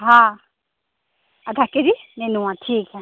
हाँ आधा केजी नेनुआ ठीक है